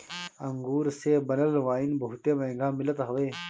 अंगूर से बनल वाइन बहुते महंग मिलत हवे